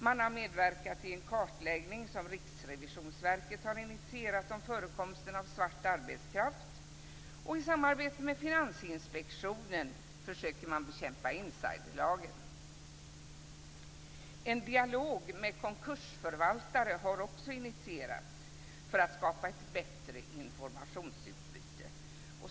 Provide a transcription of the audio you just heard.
Man har medverkat i en kartläggning som Riksrevisionsverket har initierat om förekomsten av svart arbetskraft, och i samarbete med Finansinspektionen försöker man bekämpa brott mot insiderlagen. En dialog med konkursförvaltare har också initierats för att skapa ett bättre informationsutbyte.